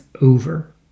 over